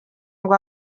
ngo